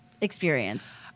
experience